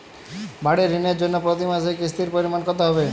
বাড়ীর ঋণের জন্য প্রতি মাসের কিস্তির পরিমাণ কত হবে?